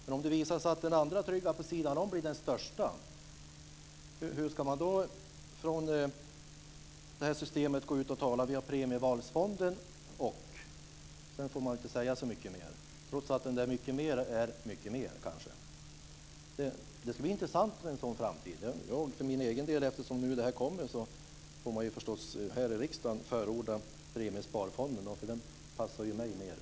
Men om det visar sig att den andra, trygga, på sidan om blir den största, hur ska man då gå ut och tala från det här systemet? Ska man säga att "vi har Premievalsfonden och ."? Man får väl inte säga så mycket mer - även om "så mycket mer" kanske är mycket mer. Det skulle vara intressant med en sådan framtid. När det här nu kommer får jag här i riksdagen förstås förorda Premiesparfonden, eftersom den passar mig bättre.